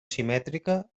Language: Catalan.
simètrica